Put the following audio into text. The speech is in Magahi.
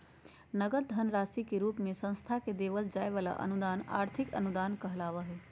नगद धन राशि के रूप मे संस्था के देवल जाय वला अनुदान आर्थिक अनुदान कहलावय हय